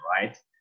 right